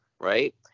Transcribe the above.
right